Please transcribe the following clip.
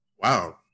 Wow